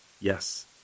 Yes